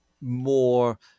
more